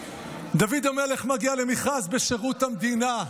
דוד המלך מגיע למכרז בשירות המדינה.